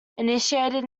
initiated